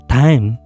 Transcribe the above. time